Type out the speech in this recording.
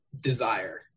desire